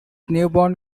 newborn